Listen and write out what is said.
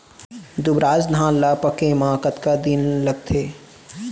दुबराज धान ला पके मा कतका दिन लगथे?